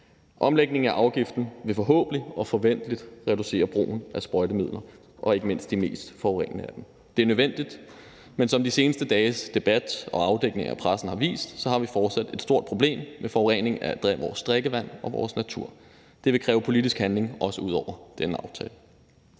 Omlægningen af afgiften vil forhåbentlig og forventeligt reducere brugen af sprøjtemidler, ikke mindst de mest forurenende af dem. Det er nødvendigt, for som de seneste dages debat og afdækninger i pressen har vist, har vi fortsat et stort problem med forurening af vores drikkevand og vores natur. Det vil kræve politisk handling, også ud over denne aftale.